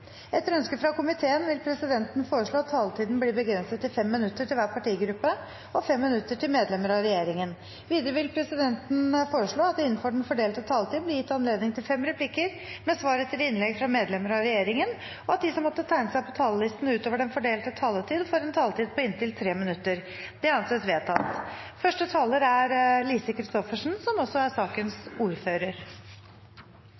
Etter ønske fra utdannings- og forskningskomiteen vil presidenten foreslå at taletiden blir begrenset til 5 minutter til hver partigruppe og 5 minutter til medlemmer av regjeringen. Videre vil presidenten foreslå at det – innenfor den fordelte taletid – blir gitt anledning til fem replikker med svar etter innlegg fra medlemmer av regjeringen, og at de som måtte tegne seg på talerlisten utover den fordelte taletid, får en taletid på inntil 3 minutter. – Det anses vedtatt. Som sakens